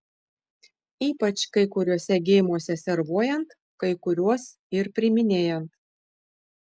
ypač kai kuriuose geimuose servuojant kai kuriuos ir priiminėjant